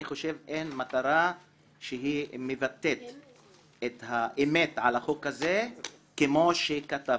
אני חושב שאין מטרה שמבטאת את האמת על החוק הזה יותר מאשר מה שכתבנו.